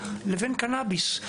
לבין קנביס.